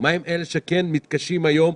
ומה עם אלה שכן מתקשים היום?